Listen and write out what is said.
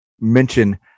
mention